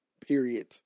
Period